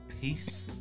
Peace